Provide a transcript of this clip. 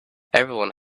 everyone